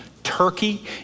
Turkey